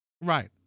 right